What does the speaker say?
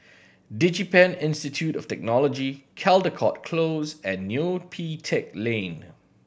DigiPen Institute of Technology Caldecott Close and Neo Pee Teck Lane